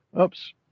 oops